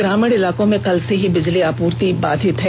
ग्रामीण इलाकों में कल से ही बिजली आपूर्ति बाधित है